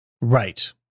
Right